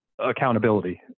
accountability